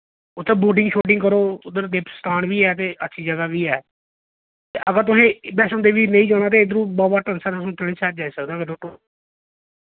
उत्थै बोडिंग शेडिंग करो उद्दर देव स्थान वी ऐ ते अच्छी जगह वी ऐ ते अगर तुसे वैश्णो देवी नेईं जाना ते इद्दरों बावा डंसल साइड जाई सकदे ओ